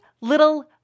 little